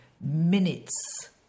minutes